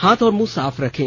हाथ और मुंह साफ रखें